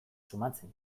sumatzen